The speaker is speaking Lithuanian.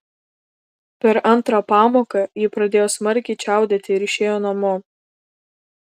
per antrą pamoką ji pradėjo smarkiai čiaudėti ir išėjo namo